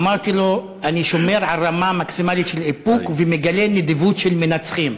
אמרתי לו: אני שומר על רמה מקסימלית של איפוק ומגלה נדיבות של מנצחים.